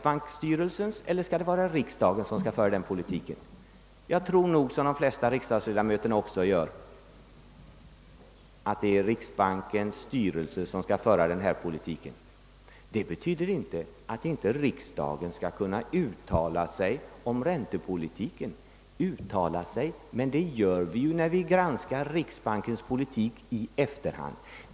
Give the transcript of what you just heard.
är det riksdagen eller riksbanken som skall föra den politiken? Jag anser — och det tror jag att de flesta andra riksdagsledamöter också gör — att det är riksbankens styrelse som skall föra den politiken. Detta betyder inte att inte riksdagen skall kunna uttala sig om räntepolitiken, men det gör vi ju när vi i efterhand granskar riksbankens politik.